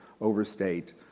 overstate